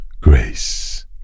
grace